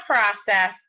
process